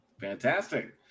fantastic